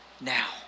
now